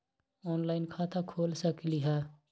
Online खाता खोल सकलीह?